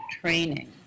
training